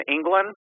England